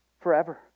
Forever